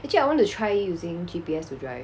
actually I want to try using G_P_S to drive